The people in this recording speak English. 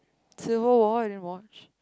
civil-war have you watched